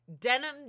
denim